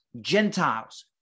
Gentiles